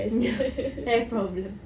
ya hair problem